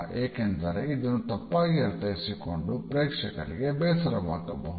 ಏಕೆಂದರೆ ಇದನ್ನು ತಪ್ಪಾಗಿ ಅರ್ಥ್ಯಸಿಕೊಂಡು ಪ್ರಕ್ಷಕರಿಗೆ ಬೇಸರವಾಗಬಹುದು